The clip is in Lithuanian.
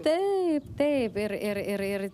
taip taip ir ir ir ir